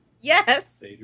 Yes